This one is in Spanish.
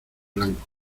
blancos